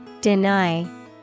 deny